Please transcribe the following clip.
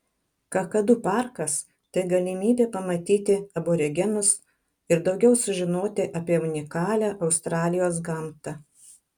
kakadu parkas tai galimybė pamatyti aborigenus ir daugiau sužinoti apie unikalią australijos gamtą